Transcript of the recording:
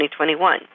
2021